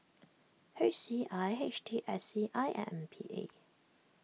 H C I H T S C I and M P A